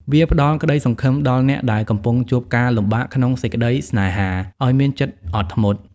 វាផ្ដល់ក្ដីសង្ឃឹមដល់អ្នកដែលកំពុងជួបការលំបាកក្នុងសេចក្ដីស្នេហា ឱ្យមានចិត្តអត់ធ្មត់។